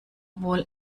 wohl